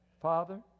Father